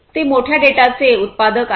ते मोठ्या डेटाचे उत्पादक आहेत